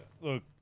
look